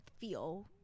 feel